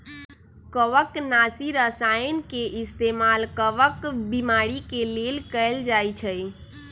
कवकनाशी रसायन के इस्तेमाल कवक बीमारी के लेल कएल जाई छई